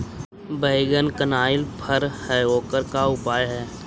बैगन कनाइल फर है ओकर का उपाय है?